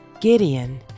Gideon